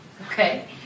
Okay